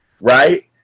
Right